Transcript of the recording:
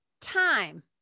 time